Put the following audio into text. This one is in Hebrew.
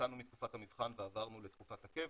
יצאנו מתקופת המבחן ועברנו לתקופת הקבע,